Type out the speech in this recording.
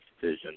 decision